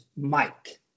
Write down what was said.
Mike